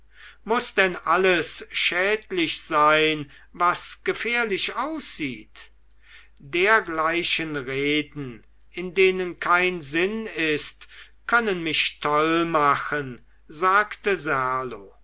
muß denn alles schädlich sein was gefährlich aussieht dergleichen reden in denen kein sinn ist können mich toll machen sagte serlo